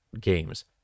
games